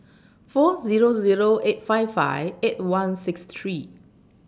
four Zero Zero eight five five eight one six three